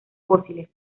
fósiles